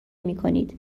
میکنید